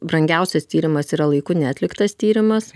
brangiausias tyrimas yra laiku neatliktas tyrimas